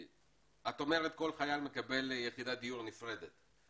את אומרת שכל חייל מקבל יחידת דיור נפרדת.